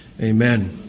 Amen